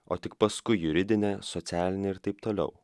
o tik paskui juridinė socialinė ir taip toliau